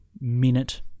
minute